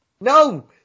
No